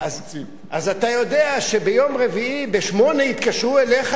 אז אתה יודע שביום רביעי ב-20:00 יתקשרו אליך,